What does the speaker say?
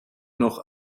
noch